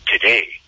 today